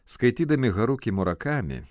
skaitydami haruki murakami